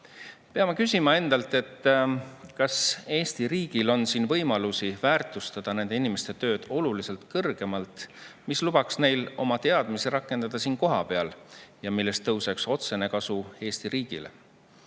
Peame küsima endalt, kas Eesti riigil on siin võimalusi väärtustada nende inimeste tööd oluliselt paremini, nii et see lubaks neil oma teadmisi rakendada siin kohapeal ja sellest tõuseks otsene kasu Eesti riigile.